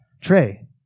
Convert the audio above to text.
Trey